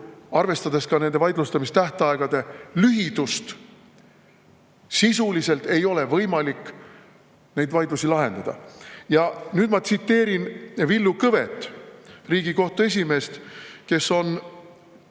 arvestades ka nende vaidlustamistähtaegade lühidust, ei ole sisuliselt võimalik neid vaidlusi lahendada. Nüüd ma tsiteerin Villu Kõvet, Riigikohtu esimeest, kes on